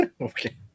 Okay